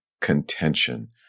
contention